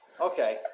Okay